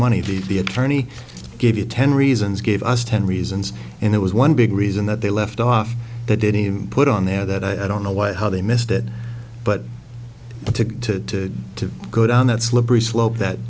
money to the attorney gave you ten reasons gave us ten reasons and it was one big reason that they left off they didn't even put on there that i don't know what how they missed it but to to go down that slippery slope that